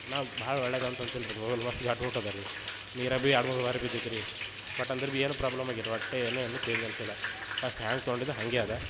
ನಾವು ಭಾಳ ಒಳ್ಳೇದು ಅಂತ ಅಂತೀನಿ ರೀ ಇದು ಮೊಬೈಲ್ ಮಸ್ತ ಗಟ್ಟಿ ಮುಟ್ಟಿ ಇದೆ ರೀ ನೀರಾಗೆ ಭೀ ಎರ್ಡು ಮೂರು ಬಾರಿ ಬಿದ್ದಿದೆರಿ ಬಟ್ ಅಂದ್ರು ಭೀ ಏನು ಪ್ರಾಬ್ಲಮ್ ಆಗಿಲ್ರಿ ಒಟ್ಟು ಏನೂ ಏನು ಚೇಂಜ್ ಅನಿಸಿಲ್ಲ ಫಸ್ಟ್ ಹ್ಯಾಂಗೆ ತೊಗೊಂಡಿದ್ದೆ ಹಂಗೆ ಇದೆ